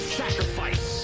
sacrifice